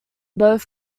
both